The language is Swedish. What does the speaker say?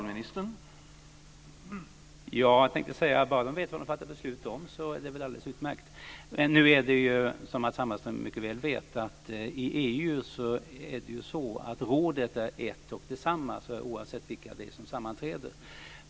Herr talman! Jag tänkte säga att bara de vet vad de fattar beslut om så är det väl alldeles utmärkt. Men nu är det ju så, som Matz Hammarström mycket väl vet, att i EU är rådet ett och samma oavsett vilka det är som sammanträder.